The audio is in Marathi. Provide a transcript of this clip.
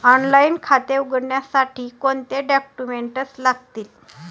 ऑनलाइन खाते उघडण्यासाठी कोणते डॉक्युमेंट्स लागतील?